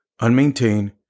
Unmaintained